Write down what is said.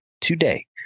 today